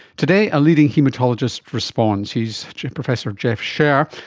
today, a leading haematologist responds. he is professor jeff szer,